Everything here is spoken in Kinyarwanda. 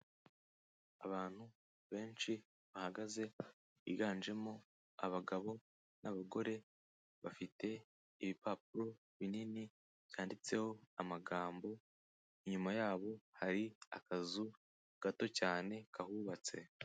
Abantu benshi bahagaze biganjemo abagabo n'abagore, bafite ibipapuro binini byanditseho amagambo inyuma yabo, hari akazu gato cyane kahubatse.